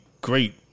great